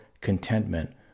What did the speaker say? contentment